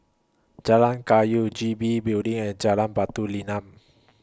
Jalan Kayu G B Building and Jalan Batu Nilam